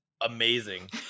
amazing